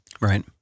Right